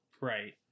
Right